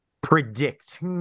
predict